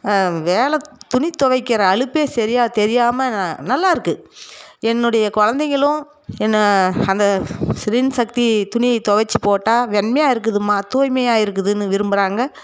வேலை துணி துவைக்கிற அழுப்பே சரியாக தெரியாமல் நான் நல்லாயிருக்கு என்னோடைய குழந்தைங்களும் என்ன அந்த ரின் சக்தி துணி துவச்சி போட்டால் வெண்மையாக இருக்குதும்மா தூய்மையாக இருக்குதுனு விரும்புகிறாங்க